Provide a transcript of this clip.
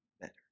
better